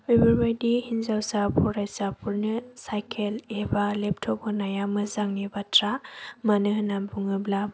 बेफोरबायदि हिनजावसा फरायसाफोरनो साइकेल एबा लेपटप होनाया मोजांनि बाथ्रा मानो होनना बुङोब्ला